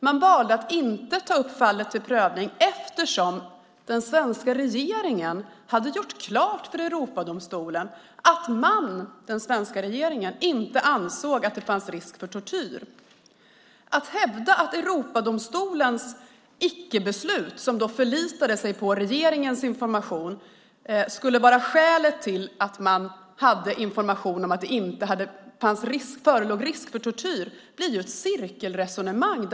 De valde att inte ta upp fallet till prövning eftersom den svenska regeringen hade gjort klart för Europadomstolen att man, den svenska regeringen, inte ansåg att det fanns risk för tortyr. Att hävda att Europadomstolens icke-beslut där man förlitade sig på regeringens information skulle vara skälet till att det fanns information om att det inte förelåg risk för tortyr blir ett cirkelresonemang.